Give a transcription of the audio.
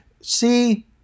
see